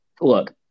look